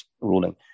ruling